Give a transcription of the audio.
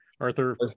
arthur